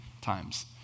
times